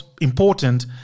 important